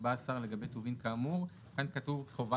יקבע השר לגבי טובין כאמור" כאן כתוב "חובה